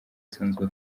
asanzwe